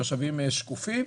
תושבים שקופים.